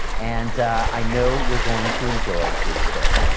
and i know you're going to enjoy his story